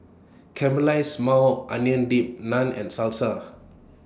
Caramelized Maui Onion Dip Naan and Salsa